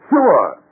Sure